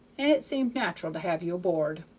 and it seemed natural to have you aboard.